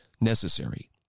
necessary